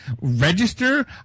register